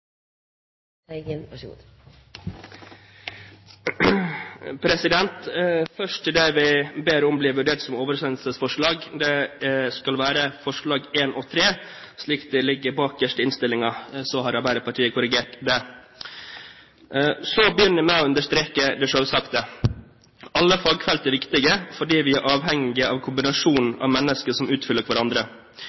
Først til de forslagene vi ber om blir vurdert omgjort til oversendelsesforslag: Det skal være forslagene nr. 1 og 3, slik som de står bakerst i innstillingen. Så har Arbeiderpartiet korrigert det. Så begynner jeg med å understreke det selvsagte. Alle fagfelt er viktige fordi vi er avhengig av kombinasjonen av mennesker som utfyller hverandre.